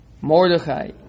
Mordechai